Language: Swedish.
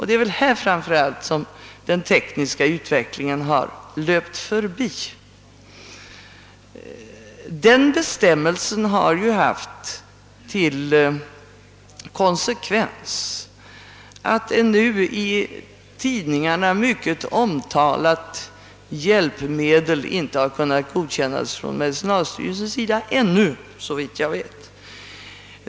Det är väl framför allt härvidlag som den tekniska utvecklingen har löpt förbi bestämmelserna. Denna bestämmelse har sålunda haft till konsekvens att ett i tidningarna mycket omtalat hjälpmedel inte har kunnat godkännas av medicinalstyrelsen — åtminstone inte ännu, såvitt jag vet.